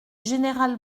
général